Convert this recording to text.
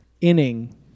inning